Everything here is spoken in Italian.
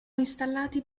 installati